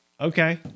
okay